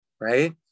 Right